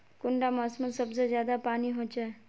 कुंडा मोसमोत सबसे ज्यादा पानी होचे?